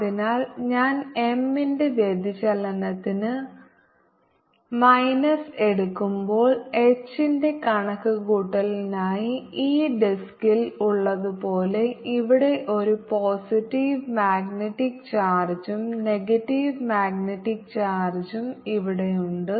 അതിനാൽ ഞാൻ M ന്റെ വ്യതിചലനത്തിന്റെ മൈനസ് എടുക്കുമ്പോൾ H ന്റെ കണക്കുകൂട്ടലിനായി ഈ ഡിസ്കിൽ ഉള്ളതുപോലെ ഇവിടെ ഒരു പോസിറ്റീവ് മാഗ്നറ്റിക് ചാർജും നെഗറ്റീവ് മാഗ്നറ്റിക് ചാർജും ഇവിടെയുണ്ട്